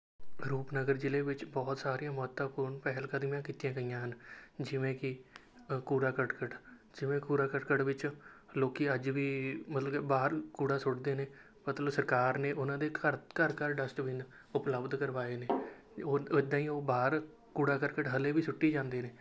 ਰੂਪਨਗਰ ਜ਼ਿਲ੍ਹੇ ਵਿੱਚ ਬਹੁਤ ਸਾਰੇ ਮਹੱਤਵਪੂਰਨ ਪਹਿਲਕਦਮੀਆਂ ਕੀਤੀਆਂ ਗਈਆਂ ਹਨ ਜਿਵੇਂ ਕਿ ਕੂੜਾ ਕਰਕਟ ਜਿਵੇਂ ਕੂੜਾ ਕਰਕਟ ਵਿੱਚ ਲੋਕ ਅੱਜ ਵੀ ਮਤਲਬ ਕਿ ਬਾਹਰ ਕੂੜਾ ਸੁੱਟਦੇ ਨੇ ਮਤਲਬ ਸਰਕਾਰ ਨੇ ਉਨ੍ਹਾਂ ਦੇ ਘਰ ਘਰ ਘਰ ਡਸਟਬਿਨ ਉਪਲਬਧ ਕਰਵਾਏ ਨੇ ਉਹ ਉਹ ਇੱਦਾਂ ਹੀ ਉਹ ਬਾਹਰ ਕੂੜਾ ਕਰਕਟ ਹਾਲੇ ਵੀ ਸੁੱਟੀ ਜਾਂਦੇ ਨੇ